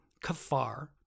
kafar